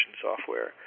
software